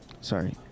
sorry